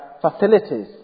facilities